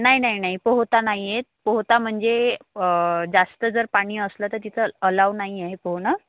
नाही नाही नाही पोहता नाही येत पोहता म्हणजे जास्त जर पाणी असलं तर तिथं अलाव नाही आहे पोहणं